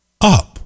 up